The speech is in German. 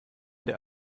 der